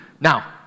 Now